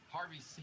Harvey